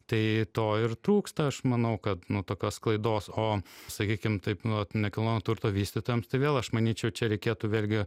tai to ir trūksta aš manau kad nu tokios sklaidos o sakykim taip nu vat nekilnojamo turto vystytojams tai vėl aš manyčiau čia reikėtų vėlgi